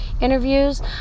interviews